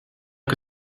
que